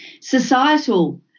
Societal